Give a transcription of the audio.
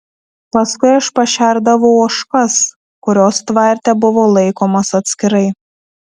paskui aš pašerdavau ožkas kurios tvarte buvo laikomos atskirai